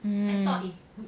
um